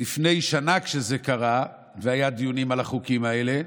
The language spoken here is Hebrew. וזאת הדרך.